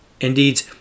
Indeed